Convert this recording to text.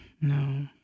No